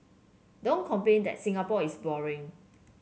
don't complain that Singapore is boring